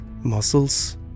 muscles